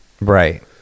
Right